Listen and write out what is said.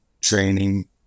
training